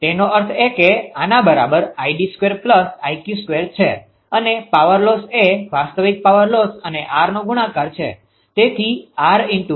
તેનો અર્થ એ કે આના બરાબર છે અને પાવર લોસ એ વાસ્તવિક પાવર લોસ અને rનો ગુણાકાર છે